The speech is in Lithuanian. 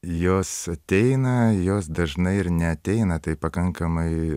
jos ateina jos dažnai ir neateina tai pakankamai